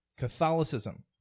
Catholicism